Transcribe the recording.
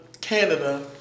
Canada